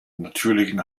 natürlichen